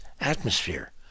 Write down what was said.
atmosphere